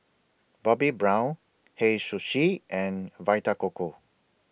Bobbi Brown Hei Sushi and Vita Coco